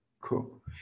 Cool